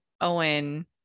Owen